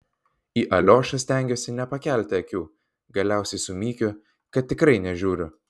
į aliošą stengiuosi nepakelti akių galiausiai sumykiu kad tikrai nežiūriu